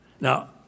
Now